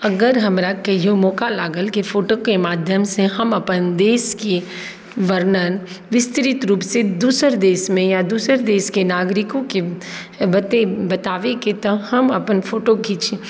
अगर हमरा कहिओ मौका लागल कि फोटोके माध्यमसँ हम अपन देशके वर्णन विस्तृत रूपसँ दोसर देशमे या दोसर देशके नागरिकोके बताबैके तऽ हम अपन फोटो खीँच